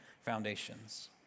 foundations